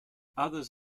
others